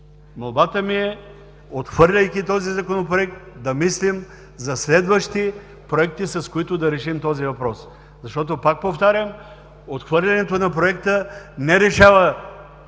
Молбата ми е, отхвърляйки този Законопроект, да мислим за следващи проекти, с които да решим този въпрос. Защото, пак повтарям, отхвърлянето на Проекта не решава